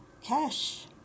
cash